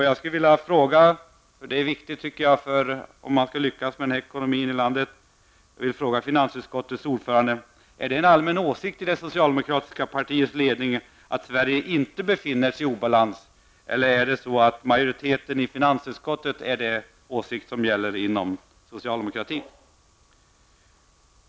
Jag vill ställa en fråga, som är viktig när det gäller om man skall lyckas med ekonomin i landet, till finansutskottets ordförande: Är det en allmän åsikt i den socialdemokratiska partiledningen att Sverige inte befinner sig i obalans, eller är den åsikt som majoriteten i finansutskottet har den som gäller inom socialdemokratin?